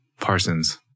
Parsons